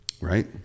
Right